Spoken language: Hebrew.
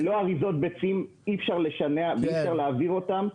ללא אריזות ביצים אי אפשר לשנע ואי אפשר להעביר אותם.